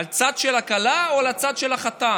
על הצד של הכלה או על הצד של החתן?